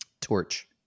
torch